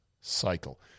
cycle